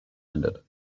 ended